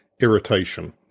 irritation